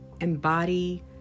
embody